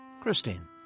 Christine